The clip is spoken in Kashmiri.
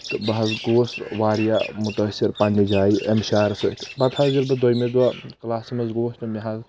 تہٕ بہٕ حظ گوٚوس واریاہ مُتٲثر پننہِ جایہِ امہِ شعارٕ سۭتۍ پتہٕ حظ ییٚلہِ بہٕ دوٚیمہِ دۄہ کلاسس منٛز گوٚوُس تہٕ مےٚ حظ